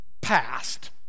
past